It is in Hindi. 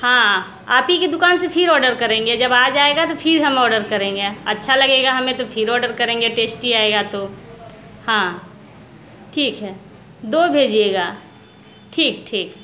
हाँ आप ही के दुकान से फिर ऑर्डर करेंगे जब आ जाएगा तो फिर हम ऑर्डर करेंगे अच्छा लगेगा हमे तो फिर ऑर्डर करेंगे टेस्टी आएगा तो हाँ ठीक है दो भेजिएगा ठीक ठीक